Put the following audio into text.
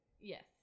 Yes